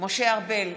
משה ארבל,